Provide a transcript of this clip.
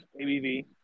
ABV